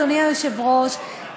אדוני היושב-ראש,